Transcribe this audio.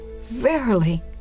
verily